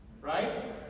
Right